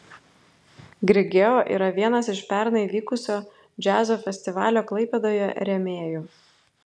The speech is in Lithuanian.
grigeo yra vienas iš pernai vykusio džiazo festivalio klaipėdoje rėmėjų